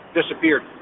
disappeared